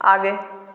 आगे